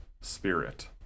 spirit